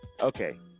Okay